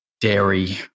dairy